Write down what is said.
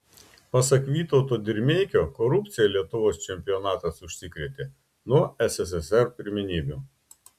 pasak vytauto dirmeikio korupcija lietuvos čempionatas užsikrėtė nuo sssr pirmenybių